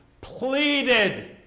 pleaded